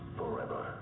forever